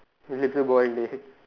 later boring dey